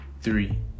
three